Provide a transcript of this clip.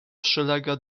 przylega